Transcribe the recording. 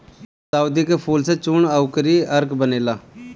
गुलदाउदी के फूल से चूर्ण अउरी अर्क बनेला